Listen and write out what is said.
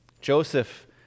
Joseph